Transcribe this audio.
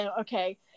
Okay